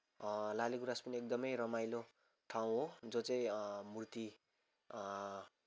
लालीगुँरास पनि एकदमै रमाइलो ठाउँ हो जो चाहिँ मुर्ति